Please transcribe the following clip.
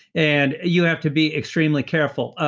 and you have to be extremely careful.